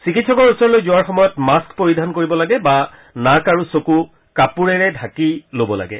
চিকিৎসকৰ ওচৰলৈ যোৱাৰ সময়ত মাস্ক পৰিধান কৰিব লাগে বা নাক আৰু চকু কাপোৰেৰে ঢাকি ল'ব লাগে